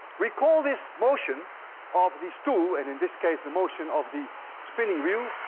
we call this motion of the stool, and in this case, the motion of the spinning wheel,